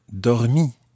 dormi